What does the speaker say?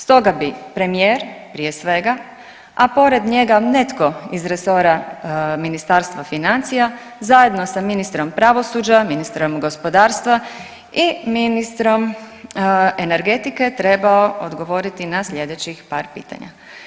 Stoga bi premijer prije svega a pored njega netko iz resora Ministarstva financija zajedno sa ministrom pravosuđa, ministrom gospodarstva i ministrom energetike trebao odgovoriti na sljedećih par pitanja.